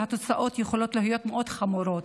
והתוצאות יכולות להיות מאוד חמורות.